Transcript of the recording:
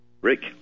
Rick